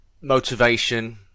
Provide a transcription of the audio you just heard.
motivation